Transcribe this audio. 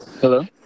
Hello